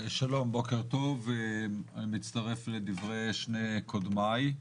שלום, בוקר טוב, אני מצטרף לדברי שני קודמיי.